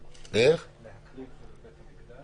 להקריב זה בבית המקדש.